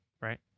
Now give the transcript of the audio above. right